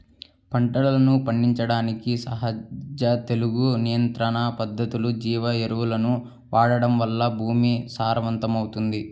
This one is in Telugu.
పంటలను పండించడానికి సహజ తెగులు నియంత్రణ పద్ధతులు, జీవ ఎరువులను వాడటం వలన భూమి సారవంతమవుతుంది